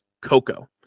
Coco